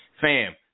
fam